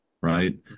right